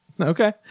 Okay